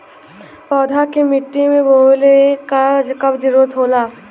पौधा के मिट्टी में बोवले क कब जरूरत होला